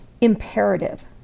imperative